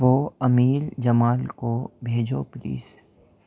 وہ امیل جمال کو بھیجو پلیز